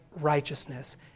righteousness